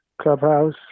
clubhouse